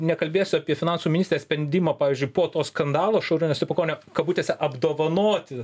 nekalbėsiu apie finansų ministrės sprendimą pavyzdžiui po to skandalo šarūno stepukonio kabutėse apdovanoti